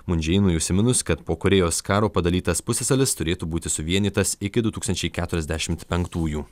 mun džėjinui užsiminus kad po korėjos karo padalytas pusiasalis turėtų būti suvienytas iki du tūkstančiai keturiasdešimt penktųjų